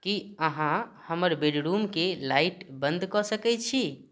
की अहाँ हमर बेडरूमके लाइट बन्द कऽ सकैत छी